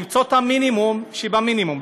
למצוא את המינימום שבמינימום.